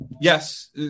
yes